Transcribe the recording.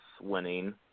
winning